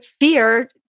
fear